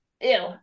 Ew